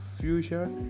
future